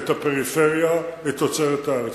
את הפריפריה ואת תוצרת הארץ.